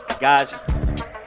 Guys